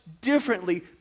differently